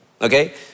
okay